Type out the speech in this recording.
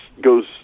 goes